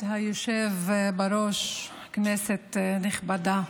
היושב-ראש, כנסת נכבדה,